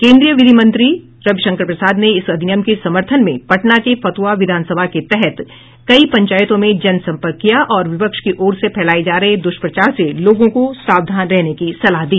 केन्द्रीय विधि मंत्री रविशंकर प्रसाद ने इस अधिनियम के समर्थन में पटना के फतुहा विधानसभा के तहत कई पंचायतों में जन सम्पर्क किया और विपक्ष की ओर से फैलाए जा रहे दुष्प्रचार से लोगों को सावधान रहने की सलाह दी